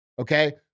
Okay